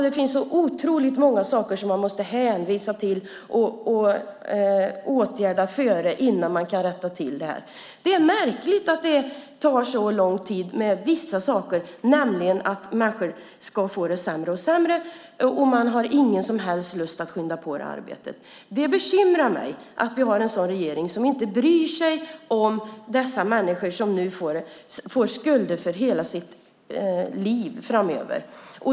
Det finns så otroligt många saker som man måste hänvisa till och åtgärda innan man kan rätta till det här. Det är märkligt att vissa saker tar så lång tid. Människor ska få det sämre och sämre, och man har ingen som helst lust att skynda på arbetet. Det bekymrar mig att vi har en sådan regering som inte bryr sig om dessa människor som nu får skulder som de får dras med i livet framöver.